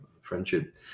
friendship